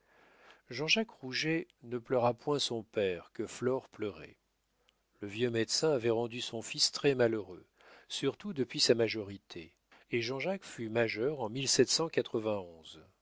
jean-jacques rouget ne pleura point son père que flore pleurait le vieux médecin avait rendu son fils très-malheureux surtout depuis sa majorité et jean-jacques fut majeur en